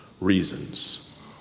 reasons